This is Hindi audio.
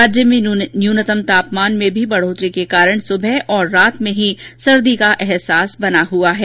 राज्य में न्यूनतम तापमान में भी बढ़ोतरी के कारण सुबह और रात में ही सर्दी का अहसास बना हुआ है